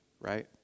right